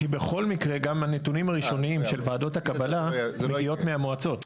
כי בכל מקרה גם הנתונים הראשוניים של ועדות הקבלה מגיעות מהמועצות.